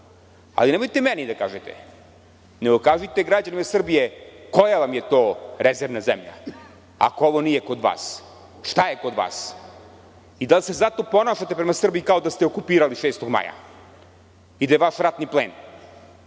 Ali, nemojte meni da kažete, nego kažite građanima Srbije koja vam je to rezervna zemlja, ako ovo nije kod vas. Šta je kod vas? Da li se zato ponašate prema Srbiji kao da ste je okupirali 6. maja i da je vaš ratni plen?